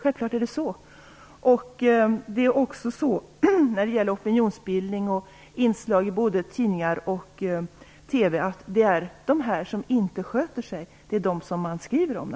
När det gäller opinionsbildning och inslag i både tidningar och TV, är det naturligtvis de som inte sköter sig som man berättar om.